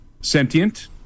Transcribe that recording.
sentient